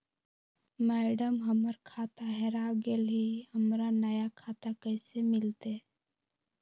madam, हमर खाता हेरा गेलई, हमरा नया खाता कैसे मिलते